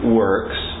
works